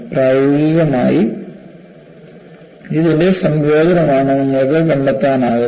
പ്രായോഗികമായി ഇതിന്റെ സംയോജനമാണ് നിങ്ങൾക്ക് കണ്ടെത്താനാകുന്നത്